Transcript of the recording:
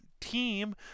team